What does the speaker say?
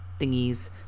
thingies